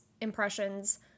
impressions